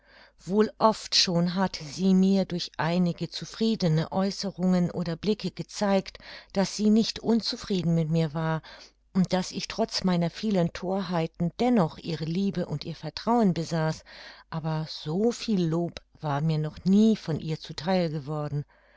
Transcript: wohl oft schon hatte sie mir durch einige zufriedene aeußerungen oder blicke gezeigt daß sie nicht unzufrieden mit mir war und daß ich trotz meiner vielen thorheiten dennoch ihre liebe und ihr vertrauen besaß aber so viel lob war mir noch nie von ihr zu theil geworden